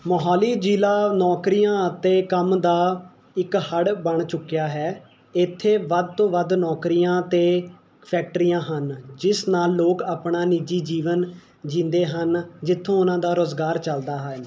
ਮੋਹਾਲੀ ਜ਼ਿਲ੍ਹਾ ਨੌਕਰੀਆਂ ਅਤੇ ਕੰਮ ਦਾ ਇੱਕ ਹੜ੍ਹ ਬਣ ਚੁੱਕਿਆ ਹੈ ਇੱਥੇ ਵੱਧ ਤੋਂ ਵੱਧ ਨੌਕਰੀਆਂ ਅਤੇ ਫੈਕਟਰੀਆਂ ਹਨ ਜਿਸ ਨਾਲ਼ ਲੋਕ ਆਪਣਾ ਨਿੱਜੀ ਜੀਵਨ ਜਿਉਂਦੇ ਹਨ ਜਿੱਥੋਂ ਉਹਨਾਂ ਦਾ ਰੁਜ਼ਗਾਰ ਚੱਲਦਾ ਹੈ